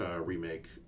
remake